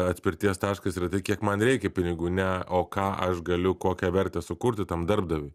atspirties taškas yra tai kiek man reikia pinigų ne o ką aš galiu kokią vertę sukurti tam darbdaviui